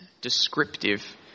descriptive